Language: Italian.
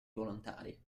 volontari